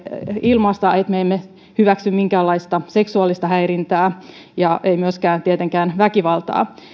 ilmaista että me emme hyväksy minkäänlaista seksuaalista häirintää ja myöskään tietenkään väkivaltaa